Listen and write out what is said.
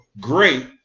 great